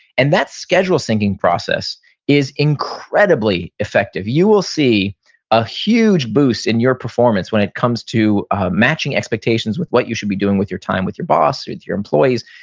and that schedule syncing process is incredibly effective. you will see a huge boost in your performance when it comes to matching expectations with what you should be doing with your time, with your boss, with your employees,